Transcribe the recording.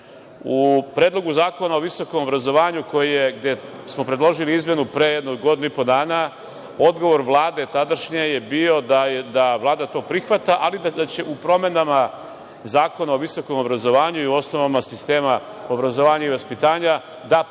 Predlogu zakona o visokom obrazovanju, gde smo predložili izmenu pre jedno godinu i po dana, odgovor Vlade tadašnje je bio da Vlada to prihvata, ali da će u promenama Zakona o visokom obrazovanju i osnovama sistema obrazovanja i vaspitanja da ugradi taj